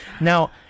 Now